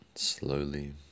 Slowly